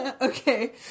Okay